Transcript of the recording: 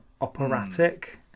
operatic